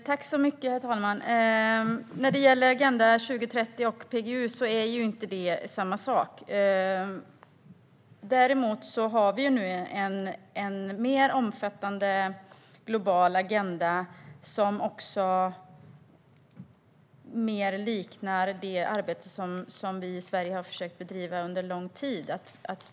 Herr talman! Agenda 2030 och PGU är inte samma sak. Vi har nu en mer omfattande global agenda som mer liknar det arbete som vi i Sverige har försökt driva under lång tid.